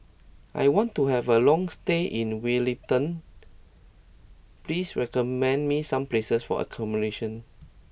I want to have a long stay in Wellington please recommend me some places for accommodation